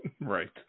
Right